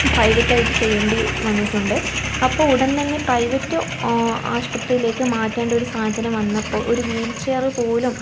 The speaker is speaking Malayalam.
പ്രൈവറ്റ് ആയിട്ട് ചെയ്യേണ്ടി വന്നിട്ടുണ്ട് അപ്പോൾ ഉടൻ തന്നെ പ്രൈവറ്റ് ആശുപത്രിയിലേക്ക് മാറ്റേണ്ട ഒരു സാഹചര്യം വന്നപ്പോൾ ഒരു വീൽ ചെയർ പോലും